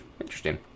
interesting